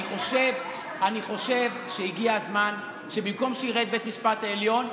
אני חושב שהגיע הזמן שבמקום שיראה את בית המשפט העליון,